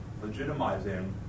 legitimizing